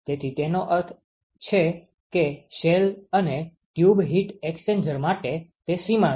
તેથી તેનો અર્થ છે કે શેલ અને ટ્યુબ હીટ એક્સ્ચેન્જર માટે તે સીમા છે